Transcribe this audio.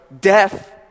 death